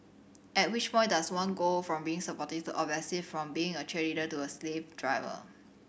at which point does one go from being supportive to obsessive from being a cheerleader to a slave driver